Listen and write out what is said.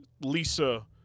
Lisa